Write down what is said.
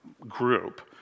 group